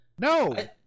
No